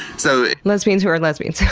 so lesbians who are lesbians.